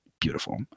beautiful